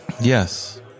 Yes